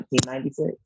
1996